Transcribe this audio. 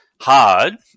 hard